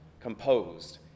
composed